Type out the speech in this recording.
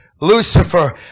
Lucifer